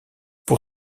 pour